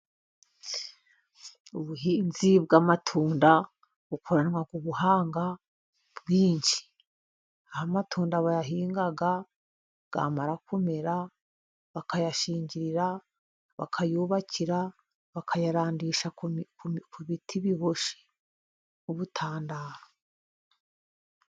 Ubuhinzi bw'amatunda bukoranwa ubuhanga bwinshi, aho amatunda bayahinga yamara kumera, bakayashingirira, bakayubakira, bakayarandisha ku biti biboshye ubutandaro.